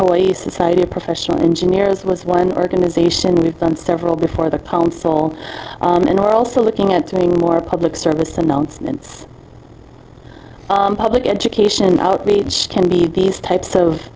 society of professional engineers was one organization we've done several before the council and we're also looking at doing more public service announcements public education outrage can be these types of